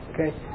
okay